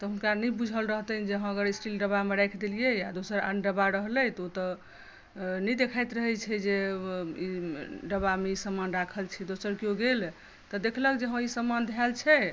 तऽ हुनका नहि बूझल रहतनि जे हँ अगर स्टील डब्बामे राखि देलियै या दोसर आन डब्बा रहलै तऽ ओतय नहि देखाइत रहैत छै जे ई डब्बामे ई समान राखल छै दोसर केयो गेल तऽ देखलक जे हँ ई समान धाएल छै